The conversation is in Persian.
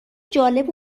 جالب